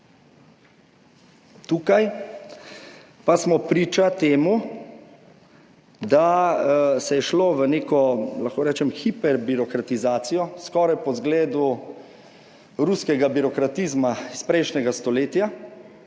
Tukaj pa smo priča temu, da se je šlo v neko, lahko rečem, hiper birokratizacijo, skoraj po zgledu ruskega birokratizma iz prejšnjega stoletja,